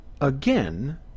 again